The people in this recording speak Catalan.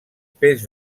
pes